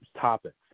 topics